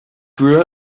grew